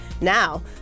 Now